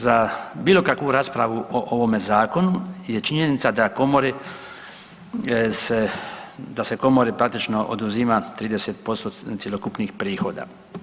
Za bilo kakvu raspravu o ovome Zakonu je činjenica da Komori se, da se Komori praktično oduzima 30% cjelokupnih prihoda.